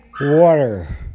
water